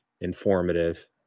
informative